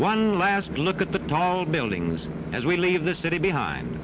one last look at the tall buildings as we leave the city behind